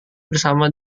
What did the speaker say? bersama